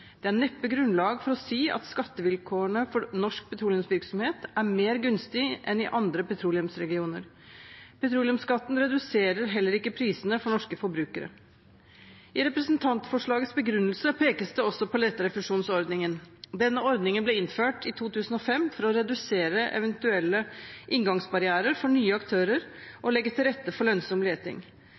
Det er neppe grunnlag for å si at skattevilkårene for norsk petroleumsvirksomhet er mer gunstig enn i andre petroleumsregioner. Petroleumsskatten reduserer heller ikke prisene for norske forbrukere. I representantforslagets begrunnelse pekes det også på leterefusjonsordningen. Denne ordningen ble innført i 2005 for å redusere eventuelle inngangsbarrierer for nye aktører og legge til rette for lønnsom leting.